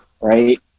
right